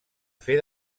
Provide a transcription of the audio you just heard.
fer